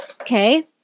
Okay